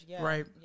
Right